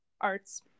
Arts